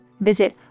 Visit